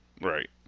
Right